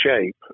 shape